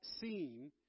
seen